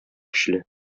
көчле